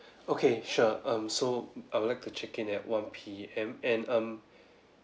okay sure um so I would like to check in at one P_M and um